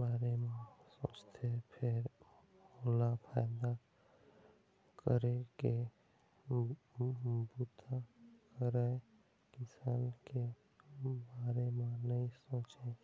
बारे म सोचथे फेर ओला फायदा करे के बूता करइया किसान के बारे म नइ सोचय